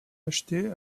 achetées